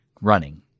running